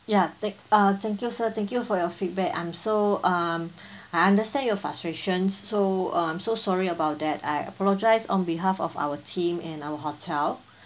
ya thank uh thank you sir thank you for your feedback I'm so um I understand your frustration so um I'm so sorry about that I apologize on behalf of our team and our hotel